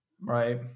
Right